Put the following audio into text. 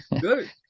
good